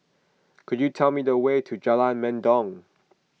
could you tell me the way to Jalan Mendong